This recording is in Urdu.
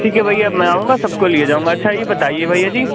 ٹھیک ہے بھیا میں آؤں گا سب کو لیے جاؤں گا اچھا یہ بتائیے بھیا جی